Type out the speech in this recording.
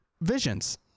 visions